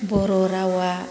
बर' रावा